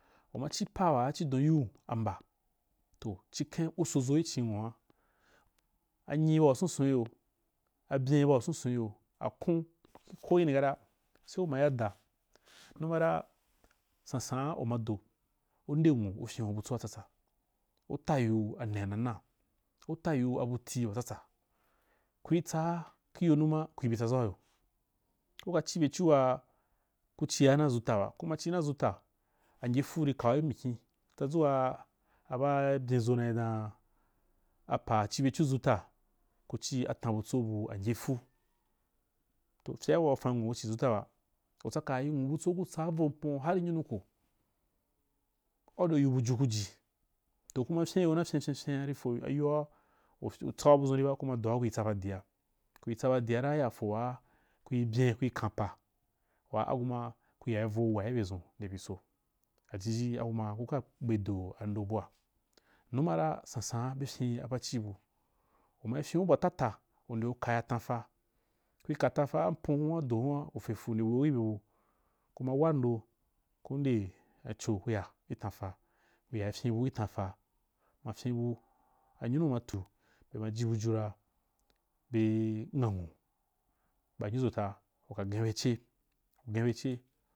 U ma paa cidon yiu mba toh a kem u so ʒo kih cin nuwa, anyi bua sunsun gi yo abyen bua sunsun gijo akun ko kini kata se u ma ya da numa ra sansanta u ma do u nde nwu u fyengu butso wa tsatsa utayim ane a na na, u tayiu abu tii wa tsatsa kui tsaa kiyo numa kui bi tsaʒau yo kuka ci byecu waa ku cia na dʒuta ba kuma ci na ʒuta ɪnggyefu ri kai gi kih mikyin tsadʒu waa a ba byen ʒo na dan apa ci byecu ʒuta ku ci atan butso bu ɪngyefu-toh fyea waa u fan nwu kih ci ʒuta ba u tsaka yi nwu butso ku tsa avo pon har anyunul koh an de u yiu buju ku ji toh kuma fyenyo na fyen fyen fyen’a ri to ayoa u ri tsau budʒun di ba kuma doa kui tsa ba dia kui tsaba dia ra ya fo waa, kuì byen kui kam pa waa agu ma ku ayai vo wuwa gi byedʒun nde bi so jiji agu ma kuka gbe do ando bua numa ra sansan’a be fyen a bavi bu u ma fyenu abu a tata ndeu kaya atan fa kui ka tan fa apon hun a u do hun ra ufe fuu nde weu ku bye bu ku mai wa ndo ku nde aco ku ya gi tan fa kuya ri fyen bu kih tan fa kuma fyen bu ayunu ma tu kuma ji buju ra be nghannwo ba anyunuʒota u ka gen be ce, gen be ce.